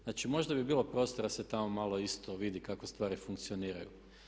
Znači, možda bi bilo prostora da se tamo malo isto vidi kako stvari funkcioniraju.